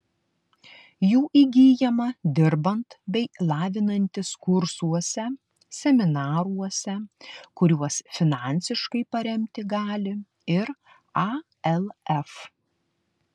jų įgyjama dirbant bei lavinantis kursuose seminaruose kuriuos finansiškai paremti gali ir alf